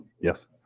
Yes